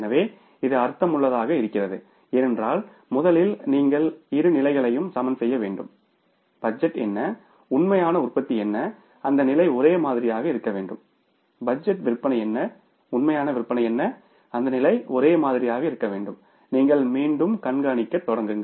எனவே இது அர்த்தமுள்ளதாக இருக்கிறது ஏனென்றால் முதலில் நீங்கள் இரு நிலைகளையும் சமன் செய்ய வேண்டும் பட்ஜெட் என்ன உண்மையான உற்பத்தி என்ன அந்த நிலை ஒரே மாதிரியாக இருக்க வேண்டும் பட்ஜெட் விற்பனை என்ன உண்மையான விற்பனை என்ன அந்த நிலை ஒரே மாதிரியாக இருக்க வேண்டும் நீங்கள் மீண்டும் கண்காணிக்கத் தொடங்குங்கள்